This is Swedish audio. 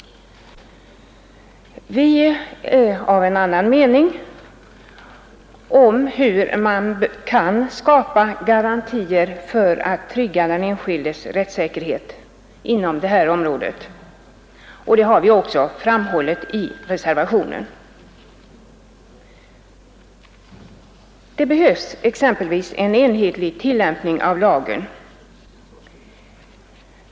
Vi har en annan mening om hur man kan skapa garantier för den enskildes rättssäkerhet inom socialförsäkringens område och det har vi också framhållit i reservationen. Det behövs exempelvis en enhetlig tillämpning av lagen.